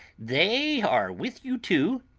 they are with you, too?